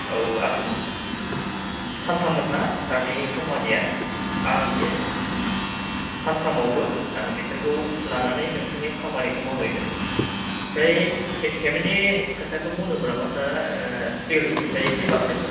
औ आं सानथाम मोन्ना सारनि खामानिया आं बे सानथामावबो आं बिसोरखौ लानानै खामानिखौ मावहैगोन ओमफ्राय पेमेन्टनि खोथाखौ बुंदोंमोन नामा सारा सिगांनिफ्राय एसे बांसिन